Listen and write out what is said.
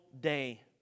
day